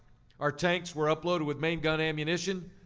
our tanks were uploaded with main gun ammunition,